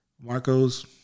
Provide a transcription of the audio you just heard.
Marcos